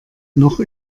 noch